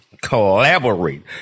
collaborate